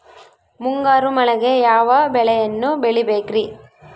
ಮುಂಗಾರು ಮಳೆಗೆ ಯಾವ ಬೆಳೆಯನ್ನು ಬೆಳಿಬೇಕ್ರಿ?